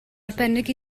arbennig